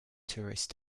tourist